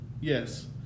Yes